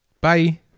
bye